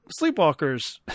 Sleepwalkers